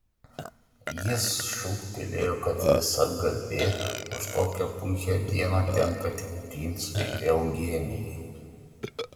jis šūktelėjo kad visa garbė už tokią puikią dieną tenka tik princui eugenijui